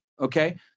Okay